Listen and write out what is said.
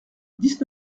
dix